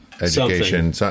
education